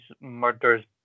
murders